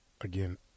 Again